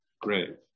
Great